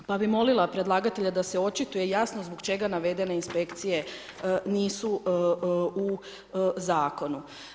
Pa bih molila predlagatelja da se očituje jasno zbog čega navedene inspekcije nisu u zakonu.